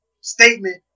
statement